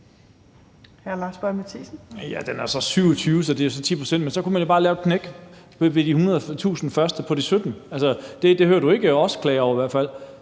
Den er så 27, så det er så 10 pct. Men så kunne man bare lave et knæk ved de 100.000 kr. på de 17 pct. Det hører du ikke os klage over i hvert fald.